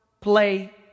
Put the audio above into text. play